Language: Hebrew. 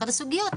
אחת הסוגיות,